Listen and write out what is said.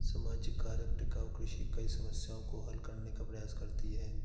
सामाजिक कारक टिकाऊ कृषि कई समस्याओं को हल करने का प्रयास करती है